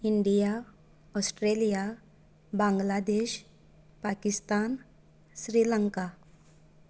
India Australia Bangladesh Pakistan Sri Lanka